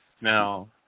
Now